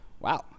Wow